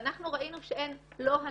ואנחנו ראינו שאין הליכים,